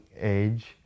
age